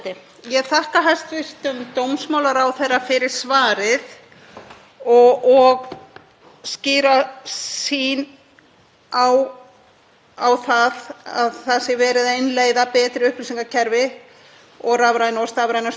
á að það sé verið að innleiða betra upplýsingakerfi og rafræna og stafræna stjórnsýslu hjá Útlendingastofnun þó að það gerist ekki allt saman samtímis. Ég vil einnig þakka þeim þingmönnum sem hafa blandað sér í umræðuna